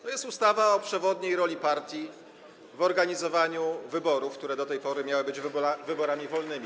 To jest ustawa o przewodniej roli partii w organizowaniu wyborów, które do tej pory miały być wyborami wolnymi.